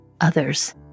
others